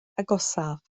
agosaf